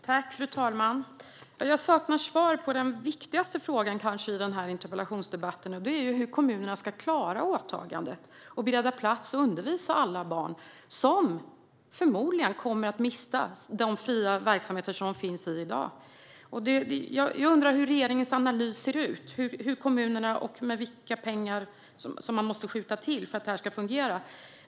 Fru talman! Jag saknar svar på den kanske viktigaste frågan i den här interpellationsdebatten, som är hur kommunerna ska klara åtagandet och bereda plats att undervisa alla barn som förmodligen kommer att mista de fria verksamheter där de finns i dag. Jag undrar hur regeringens analys ser ut - hur kommunerna ska klara det och vilka pengar som måste skjutas till för att det ska fungera.